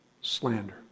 Slander